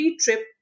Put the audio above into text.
trip